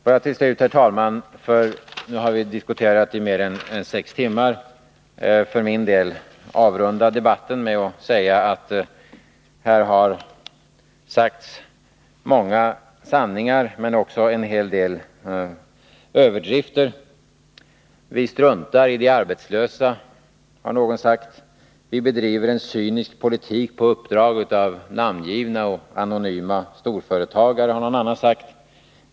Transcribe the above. Får jag till slut, herr talman — sedan vi nu har diskuterat i mer än sex timmar — för min del avrunda debatten med att konstatera att här har presenterats många sanningar men också en hel del överdrifter. Vi struntar i de arbetslösa, har någon sagt. Vi bedriver en cynisk politik på uppdrag av namngivna eller anonyma storföretagare, har någon annan sagt.